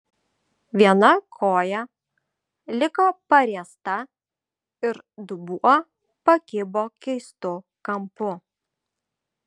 viena koja liko pariesta ir dubuo pakibo keistu kampu